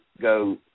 go